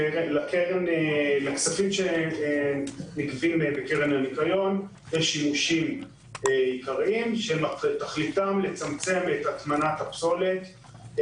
לכספים שנגבים בקרן הניקיון יש שימושים עיקריים: צמצום הטמנת הפסולת,